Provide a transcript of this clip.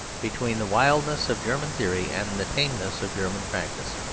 between the wildness of german theory and the tameness of german practice.